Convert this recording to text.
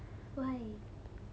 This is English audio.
why